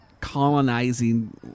colonizing